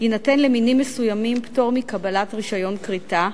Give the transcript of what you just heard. יינתן למינים מסוימים פטור מקבלת רשיון כריתה,